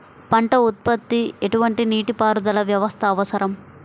పంట ఉత్పత్తికి ఎటువంటి నీటిపారుదల వ్యవస్థ అవసరం?